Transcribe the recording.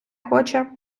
хоче